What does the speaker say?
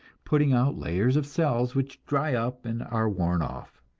putting out layers of cells which dry up and are worn off.